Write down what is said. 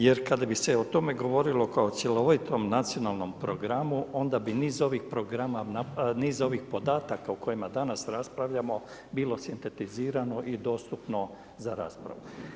Jer kada bi se o tome govorilo kao o cjelovitom nacionalnom programu onda bi niz ovih programa, niz ovih podataka o kojima danas raspravljamo bilo sintetizirano i dostupno za raspravu.